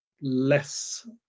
less